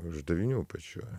uždavinių pačių